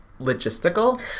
logistical